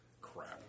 crap